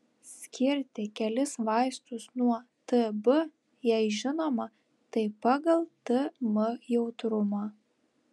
skirti kelis vaistus nuo tb jei žinoma tai pagal tm jautrumą